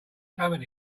coming